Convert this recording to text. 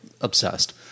obsessed